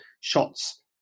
shots